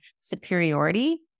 superiority